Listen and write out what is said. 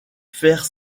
faire